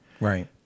Right